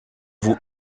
vous